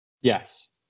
Yes